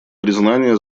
признания